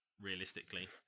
realistically